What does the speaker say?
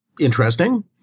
Interesting